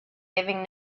giving